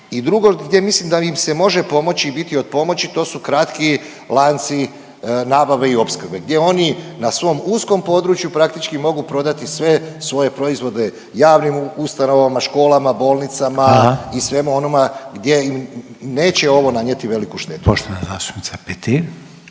I drugo gdje mislim da im se može pomoći i biti od pomoći to su kratki lanci nabave i opskrbe gdje oni na svom uskom području praktički mogu prodati sve svoje proizvode javnim ustanovama, školama, bolnicama … …/Upadica Reiner: Hvala./… … i svemu onome gdje neće ovo nanijeti veliku štetu.